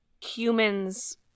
humans